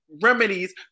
remedies